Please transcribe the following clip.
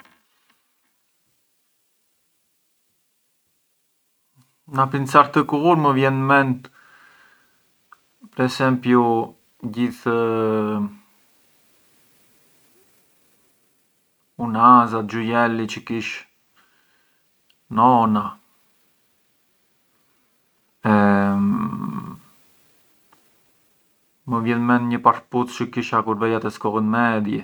Jo më përqejën të dia shurbiset, brekt të shkurtura na ë shtazhuna e na bun vap e jam te një vend te ku mënd vu tranquillamenti brekt të shkurtura allura vu brekt të shkurtura, inveci per esempiu i jeans jan një shurbes çë ti mënd vush te quasi gjith le occasioni, occasioni më formali e më informali, venë mirë sempri i jeans alla fini, i jeans jan si i ziu, vete mirë me gjërgjish.